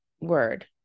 word